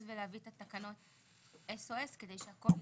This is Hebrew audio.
ולהביא את התקנות SOS כדי שהכול יאושר.